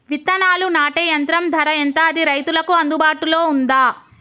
విత్తనాలు నాటే యంత్రం ధర ఎంత అది రైతులకు అందుబాటులో ఉందా?